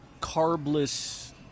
carbless